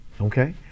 okay